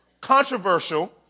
controversial